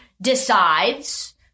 decides